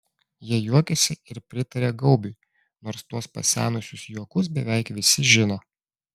jie juokiasi ir pritaria gaubiui nors tuos pasenusius juokus beveik visi žino